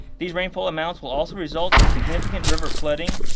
the rainfall amounts will also result in significant river flooding,